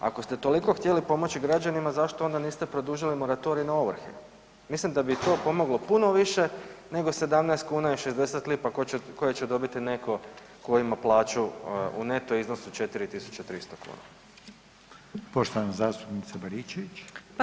Ako ste toliko htjeli pomoći građanima zašto onda niste produžili moratorij na ovrhe, mislim da bi im to pomoglo puno više nego 17 kuna i 60 lipa koje će dobiti netko tko ima plaću u neto iznosu 4.300 kuna.